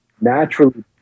naturally